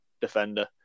defender